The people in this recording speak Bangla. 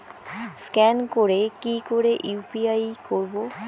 স্ক্যান করে কি করে ইউ.পি.আই করবো?